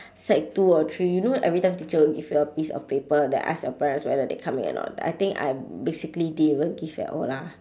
sec two or three you know every time teacher will give you a piece of paper that ask your parents whether they coming or not I think I basically didn't even give at all lah